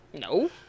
No